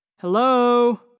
Hello